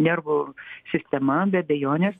nervų sistema be abejonės